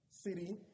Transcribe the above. city